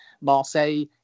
Marseille